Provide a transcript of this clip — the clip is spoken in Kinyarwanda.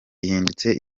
ihindutse